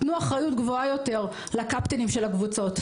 תנו אחריות גבוהה יותר לקפטנים של הקבוצות,